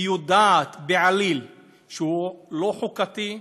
יודעת בעליל שהוא לא חוקתי,